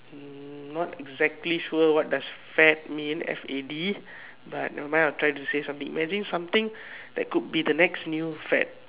hmm not exactly sure what does fad mean F A D but never mind I'll try to say something imagine something that could be the next new fad